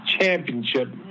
championship